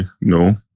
no